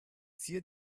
zier